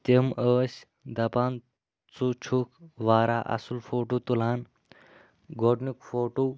تِم ٲسۍ دپان ژٕ چھُکھ واریاہ اصٕل فوٹوٗ تُلان گۄڈنیُک فوٹوٗ